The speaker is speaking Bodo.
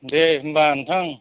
दे होमबा नोंथां